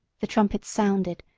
the trumpets sounded,